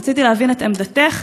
רציתי להבין את עמדתך.